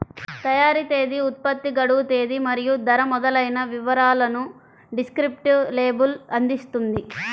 తయారీ తేదీ, ఉత్పత్తి గడువు తేదీ మరియు ధర మొదలైన వివరాలను డిస్క్రిప్టివ్ లేబుల్ అందిస్తుంది